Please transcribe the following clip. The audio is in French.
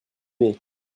nez